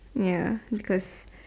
ya because